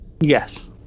Yes